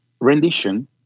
rendition